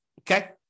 Okay